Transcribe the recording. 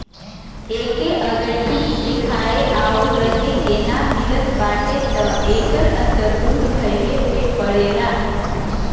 एके अगर ठीक से खाए आउर रहे के ना मिलत बाटे त एकर असर दूध भइले पे पड़ेला